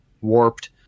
warped